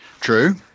True